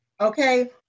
okay